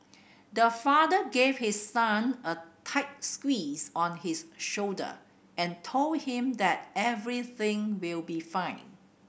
the father gave his son a tight squeeze on his shoulder and told him that everything will be fine